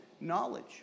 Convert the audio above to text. knowledge